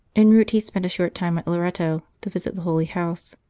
en route he spent a short time at loreto to visit the holy house.